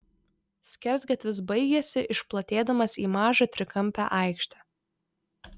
skersgatvis baigėsi išplatėdamas į mažą trikampę aikštę